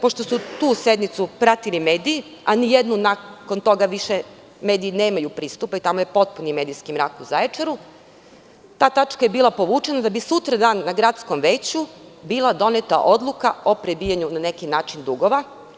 Pošto su tu sednicu pratili mediji, a ni na jednoj nakon toga mediji više nemaju pristupa i tamo je potpuni medijski mrak, u Zaječaru, ta tačka je bila povučena, da bi sutradan na gradskom veću bila doneta odluka o prebijanju na neki način dugova.